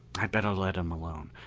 i'd better let him alone.